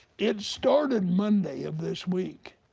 it started monday if this week.